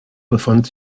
befand